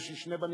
יש לי שני בנים,